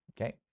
okay